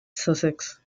sussex